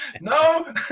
no